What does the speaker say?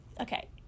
Okay